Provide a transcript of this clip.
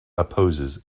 opposes